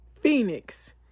Phoenix